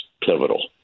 pivotal